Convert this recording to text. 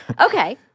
Okay